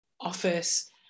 office